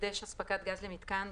חידש הספקת גז למיתקן,